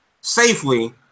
safely